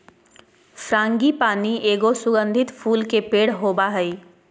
frangipani एगो सुगंधित फूल के पेड़ होबा हइ